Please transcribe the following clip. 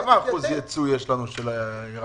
כמה אחוז ייצוא יש לנו של ירקות?